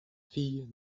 filles